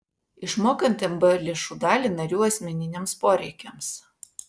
išmokant mb lėšų dalį narių asmeniniams poreikiams